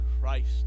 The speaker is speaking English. Christ